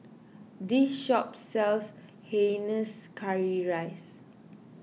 this shop sells Hainanese Curry Rice